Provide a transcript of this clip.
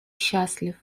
счастлив